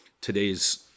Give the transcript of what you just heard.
today's